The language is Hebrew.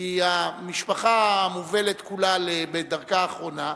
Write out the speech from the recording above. כי המשפחה מובלת כולה בדרכה האחרונה.